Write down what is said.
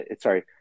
Sorry